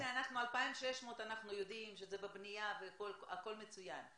2,600 אנחנו יודעים שזה בבנייה והכול מצוין,